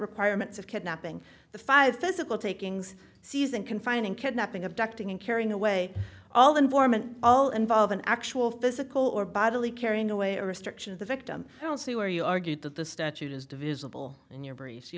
requirements of kidnapping the five physical takings season confining kidnapping abducting and carrying away all the informant all involve an actual physical or bodily carrying away a restriction of the victim i don't see where you argued that the statute is divisible in your briefs you